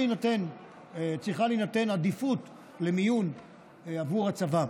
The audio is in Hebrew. צריכה להינתן עדיפות למיון עבור הצבא,